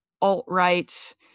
alt-right